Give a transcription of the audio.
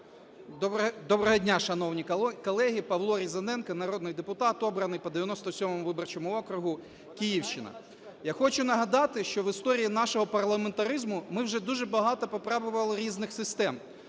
Доброго дня, шановні колеги! Павло Різаненко, народний депутат, обраний по 97-му виборчому округу, Київщина. Я хочу нагадати, що в історії нашого парламентаризму ми вже дуже багато попробували різних систем.